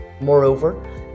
Moreover